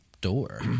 door